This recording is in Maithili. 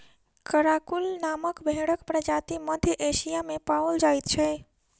कराकूल नामक भेंड़क प्रजाति मध्य एशिया मे पाओल जाइत छै